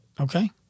Okay